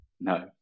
No